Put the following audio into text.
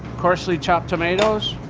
coarsely chopped tomatoes,